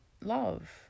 love